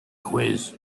quiz